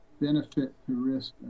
benefit-to-risk